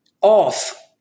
off